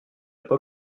pas